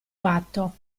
patto